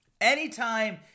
Anytime